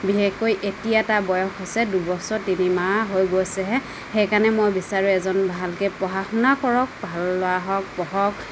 বিশেষকৈ এতিয়া তাৰ বয়স হৈছে দুবছৰ তিনিমাহ হৈ গৈছেহে সেইকাৰণে মই বিচাৰোঁ এজন ভালকৈ পঢ়া শুনা কৰক ভাল ল'ৰা হওক পঢ়ক